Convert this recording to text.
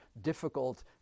difficult